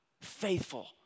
Faithful